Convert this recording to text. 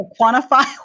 quantify